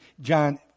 John